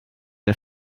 der